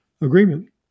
agreement